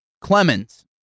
Clemens